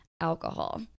alcohol